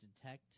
detect